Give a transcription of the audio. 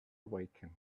awaken